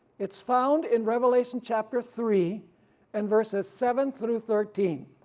it's found in revelation chapter three and verses seven through thirteen,